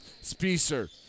Spicer